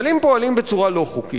אבל אם הם פועלים בצורה לא חוקית,